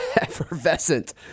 Effervescent